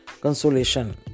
Consolation